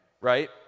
Right